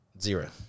Zero